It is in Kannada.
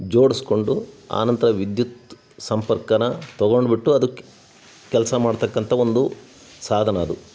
ಜೋಡಿಸ್ಕೊಂಡು ಆನಂತರ ವಿದ್ಯುತ್ ಸಂಪರ್ಕಾನ ತೊಗೊಂಡುಬಿಟ್ಟು ಅದು ಕ್ ಕೆಲಸ ಮಾಡತಕ್ಕಂಥ ಒಂದು ಸಾಧನ ಅದು